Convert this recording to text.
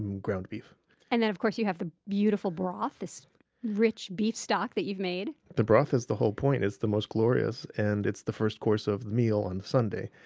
and ground beef and of course you have the beautiful broth, this rich beef stock that you've made the broth is the whole point. it's the most glorious, and it's the first course of the meal on sunday.